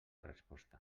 resposta